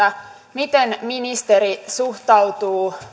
miten ministeri suhtautuu